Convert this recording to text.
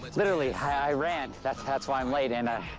literally, i ran. that's that's why i'm late. and